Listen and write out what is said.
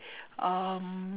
um